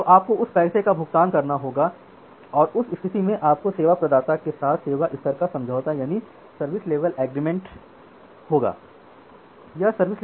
तो आपको उस पैसे का भुगतान करना होगा और उस स्थिति में आपके सेवा प्रदाता के साथ सेवा स्तर का समझौता service level agreement या SLA होगा